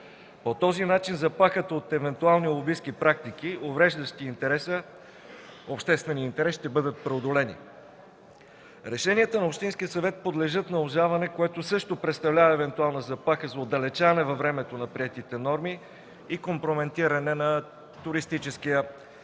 По този начин заплахата от евентуални лобистки практики, увреждащи обществения интерес, ще бъдат преодолени. Решенията на общинския съвет подлежат на обжалване, което също представлява евентуална заплаха за отдалечаване във времето на приетите норми и компрометиране на туристическия сезон.